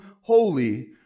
holy